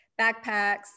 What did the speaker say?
backpacks